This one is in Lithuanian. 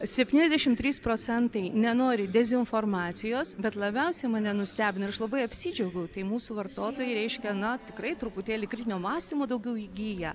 septyniasdešimt trys procentai nenori dezinformacijos bet labiausiai mane nustebino ir aš labai apsidžiaugiau tai mūsų vartotojai reiškia na tikrai truputėlį kritinio mąstymo daugiau įgyja